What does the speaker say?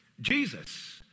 Jesus